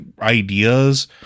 ideas